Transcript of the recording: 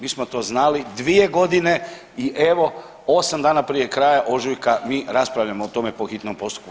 Mi smo to znali dvije godine i evo 8 dana prije kraja ožujka mi raspravljamo o tome po hitnom postupku.